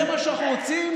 זה מה שאנחנו רוצים,